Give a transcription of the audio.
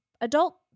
adult